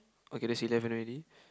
okay that's eleven already